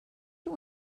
you